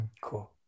Cool